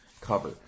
cover